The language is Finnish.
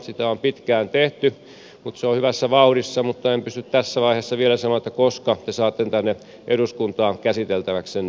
sitä on pitkään tehty se on hyvässä vauhdissa mutta en pysty tässä vaiheessa vielä sanomaan koska te saatte sen tänne eduskuntaan käsiteltäväksenne